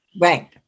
Right